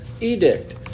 edict